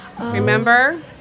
Remember